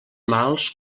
mals